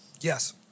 yes